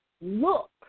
Look